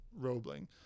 Roebling